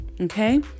Okay